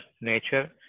nature